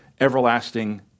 everlasting